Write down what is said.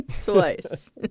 Twice